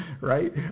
right